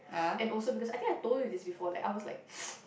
and also because I think I told you this before like I was like